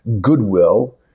Goodwill